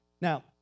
Now